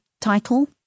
title